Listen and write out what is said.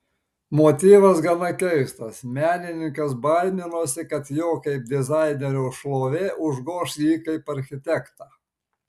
motyvas gana keistas menininkas baiminosi kad jo kaip dizainerio šlovė užgoš jį kaip architektą